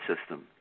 system